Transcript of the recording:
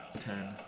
ten